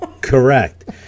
Correct